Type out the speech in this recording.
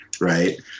right